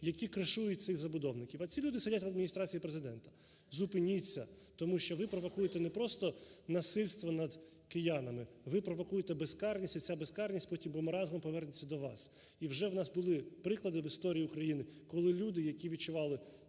які кришують цих забудовників, а ці люди сидять в Адміністрації Президента: зупиніться, тому що ви провокуєте не просто насильство над киянами, ви провокуєте безкарність, і ця безкарність потім бумерангом повернеться до вас. І вже у нас були приклади в історії України, коли люди, які відчували